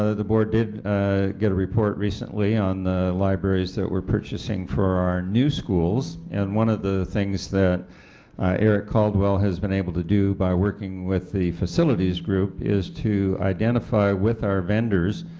ah the board did get a report recently on the libraries that we're purchasing for our new schools, and one of the things that eric caldwell has been able to do by working with the facilities group is to identify with our vendors,